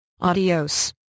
Adios